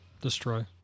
Destroy